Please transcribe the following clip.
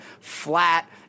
flat